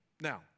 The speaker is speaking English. Now